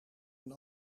een